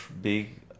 big